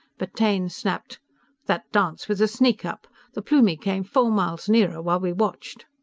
but taine snapped that dance was a sneak-up! the plumie came four miles nearer while we watched!